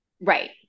right